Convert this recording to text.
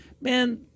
man